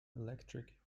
electric